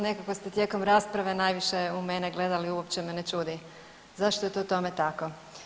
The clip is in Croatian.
Nekako ste tijekom rasprave najviše u mene gledali, uopće me ne čudi, zašto je to tome tako.